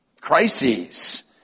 crises